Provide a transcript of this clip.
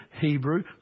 Hebrew